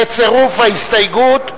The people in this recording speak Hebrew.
בצירוף ההסתייגות,